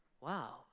Wow